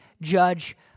judge